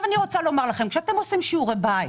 אני רוצה לומר לכם שכאשר אתם עושים שיעורי בית,